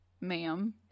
ma'am